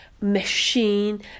machine